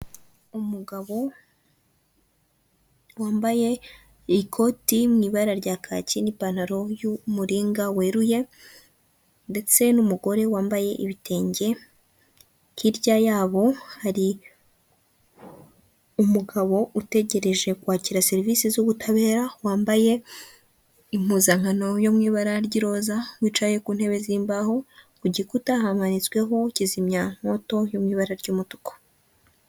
Umugabo wambaye ikoti mu ibara rya kaki n'ipantaro y'umuringa weruye ndetse n'umugore wambaye ibitenge, hirya yabo hari umugabo utegereje kwakira serivise z'ubutabera, wambaye impuzankano yo mu ibara ry'iroza, wicaye ku ntebe z'imbaho, ku gikuta hamanitsweho kizimyamoto yo mu ibara ry'umutuku.